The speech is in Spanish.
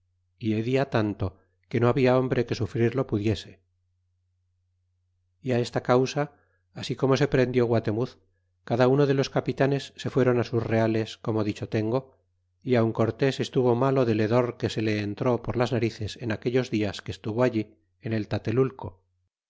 y hecha tanto que no había hombre que sufrirlo pudiese y esta causa así como se prendió guaternuz cada uno de les capitanes se fueron sus reales como dicho tengo y aun cortés estuvo malo del hedor que se le entró por las narices en aquellos dias que estuvo allí en el tatelulco